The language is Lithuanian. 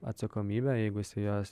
atsakomybę jeigu jisai jos